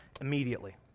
immediately